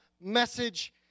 message